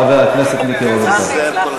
חבר הכנסת מיקי רוזנטל.